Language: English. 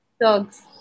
dogs